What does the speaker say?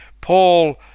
Paul